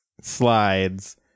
slides